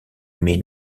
mean